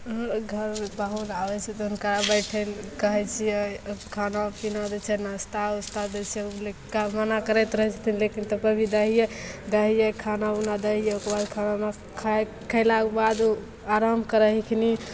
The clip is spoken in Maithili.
घरमे पाहुन आबैत छै तऽ हुनका बैठै लए कहैत छियै खाना पीना जे छै नास्ता ओस्ता दै छियै लेकिन का मना करैत रहैत छथिन लेकिन तब पर भी दै दै हियै दै हियै खाना ओना दै हियै ओहिके बाद खाना ओना खाइ खयलाक बाद ओ आराम करैत हिखनी